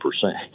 percent